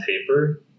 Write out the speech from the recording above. paper